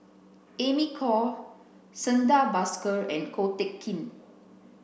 Amy Khor Santha Bhaskar and Ko Teck Kin